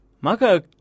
Maka